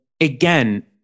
again